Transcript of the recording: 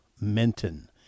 Minton